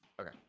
okay